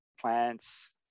plants